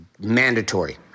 mandatory